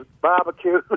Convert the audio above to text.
barbecue